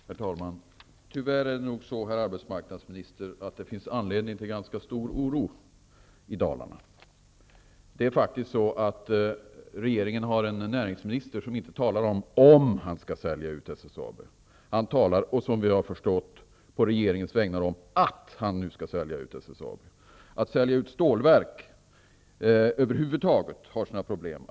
Herr talman! Det finns nog tyvärr, herr arbetsmarknadsminister, anledning till ganska stor oro i Dalarna. Regeringen har faktiskt en näringsminister som inte talar om om han skall sälja ut SSAB. Han talar i stället -- som vi har förstått -- på regeringens vägnar om att han skall sälja ut SSAB. Att över huvud taget sälja ut stålverk har sina problem.